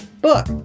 Book